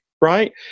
right